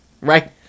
Right